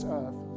earth